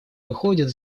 выходит